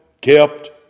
kept